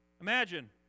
Imagine